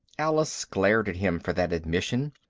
alice glared at him for that admission,